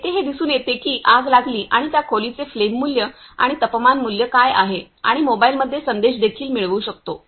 येथे हे दिसून येते की आग लागली आणि त्या खोलीचे फ्लेम मूल्य आणि तपमान मूल्य काय आहे आणि मोबाइलमध्ये संदेश देखील मिळवू शकतो